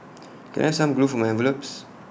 can I some glue for my envelopes